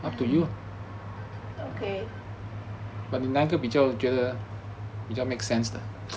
mm okay